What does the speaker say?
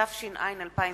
התש"ע 2010,